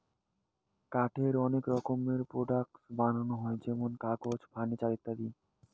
কাঠের অনেক রকমের প্রোডাক্টস বানানো হই যেমন কাগজ, ফার্নিচার ইত্যাদি